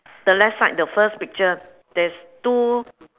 the left side the first picture there's two